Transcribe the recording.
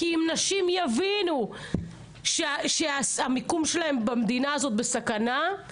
כי אם נשים יבינו שהמיקום שלהן במדינה הזאת בסכנה,